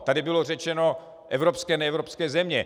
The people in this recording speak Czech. Tady bylo řečeno evropské neevropské země.